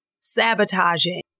sabotaging